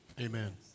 Amen